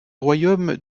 royaume